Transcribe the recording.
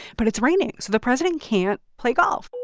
but it's raining, so the president can't play golf